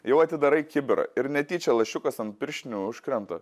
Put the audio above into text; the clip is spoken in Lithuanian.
jau atidarai kibirą ir netyčia lašiukas ant pirštinių užkrenta